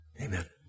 Amen